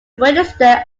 register